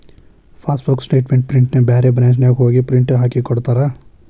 passbook statement ಪ್ರಿಂಟ್ನ ಬ್ಯಾರೆ ಬ್ರಾಂಚ್ನ್ಯಾಗು ಹೋಗಿ ಪ್ರಿಂಟ್ ಹಾಕಿಕೊಡ್ತಾರ